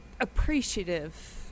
appreciative